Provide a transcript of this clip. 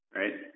right